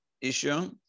issue